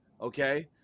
Okay